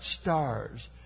stars